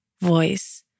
voice